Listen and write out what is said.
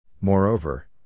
Moreover